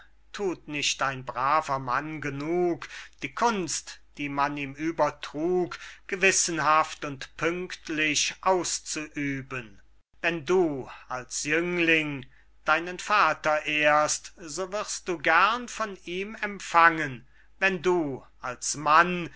thut nicht ein braver mann genug die kunst die man ihm übertrug gewissenhaft und pünctlich auszuüben wenn du als jüngling deinen vater ehrst so wirst du gern von ihm empfangen wenn du als mann